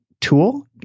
tool